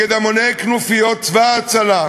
משבח את החקלאות הישראלית וקוצר מחמאות בזכותה,